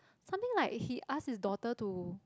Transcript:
something like he ask his daughter to